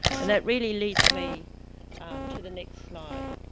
and that really leads me to the next slide,